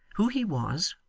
who he was,